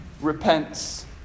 repents